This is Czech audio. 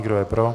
Kdo je pro?